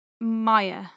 Maya